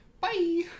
Bye